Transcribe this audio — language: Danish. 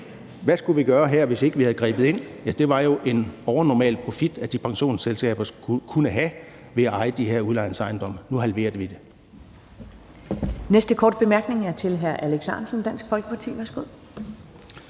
Hvad skulle vi gøre her, hvis ikke vi havde grebet ind? Det var jo en overnormal profit, de pensionsselskaber kunne have ved at eje de her udlejningsejendomme. Nu halverer vi den.